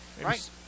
Right